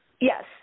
Yes